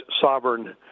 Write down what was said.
sovereign